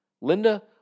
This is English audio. Linda